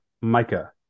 Micah